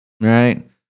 Right